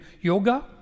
yoga